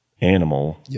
animal